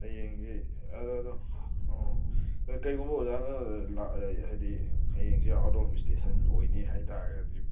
ꯍꯌꯦꯡꯁꯤ ꯑꯗꯨꯗ ꯑꯗꯨꯝ ꯑꯣ ꯀꯩꯒꯨꯝꯕ ꯑꯣꯖꯥꯅ ꯂꯥꯛ ꯍꯥꯏꯗꯤ ꯍꯌꯦꯡꯁꯤ ꯑꯥꯎꯠ ꯑꯣꯐ ꯏꯁꯇꯦꯁꯟ ꯑꯣꯏꯅꯤ ꯍꯥꯏ ꯇꯥꯔꯒꯗꯤ